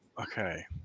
Okay